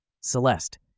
Celeste